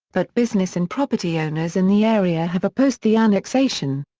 but business and property owners in the area have opposed the annexation.